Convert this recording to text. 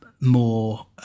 more